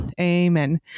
Amen